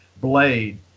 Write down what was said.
blade